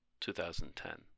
2010